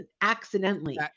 accidentally